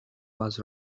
was